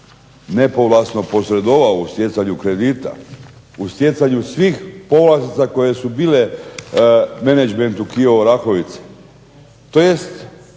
nepovlastno posredovao u stjecanju kredita, u stjecanju svih povlastica koje su bile menadžmentu KIO Orahovice